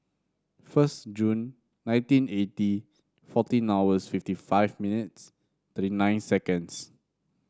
first June nineteen eighty fourteen hours fifty five minutes thirty nine seconds